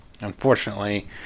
Unfortunately